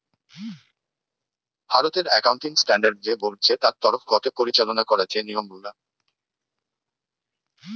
ভারতের accounting standard যে board চে তার তরফ গটে পরিচালনা করা যে নিয়ম গুলা